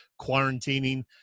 quarantining